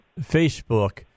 Facebook